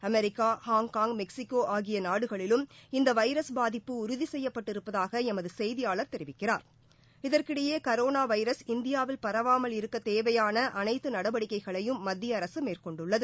America Hong Kong Mexico ஆகிய நாடுகளிலும் இந்த வைரஸ் பாதிப்பு உறுதி செய்யப்பட்டிருப்பதாக எமது செய்தியாளர் தெரிவிக்கிறார் இதற்கிடையே கரோனா வைரஸ் இந்தியாவில் பரவாமல் இருக்க தேவையான அனைத்து நடவடிக்கைகளையும் மத்திய அரசு மேற்கொண்டுள்ளது